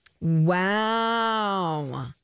wow